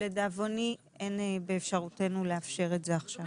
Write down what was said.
ולדאבוני אין באפשרותנו לאפשר את זה עכשיו.